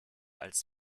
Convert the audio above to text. als